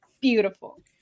beautiful